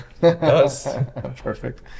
Perfect